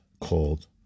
called